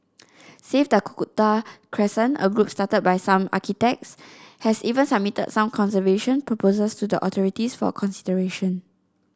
save Dakota Crescent a group started by some architects has even submitted some conservation proposals to the authorities for consideration